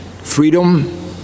freedom